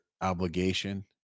obligation